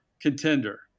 contender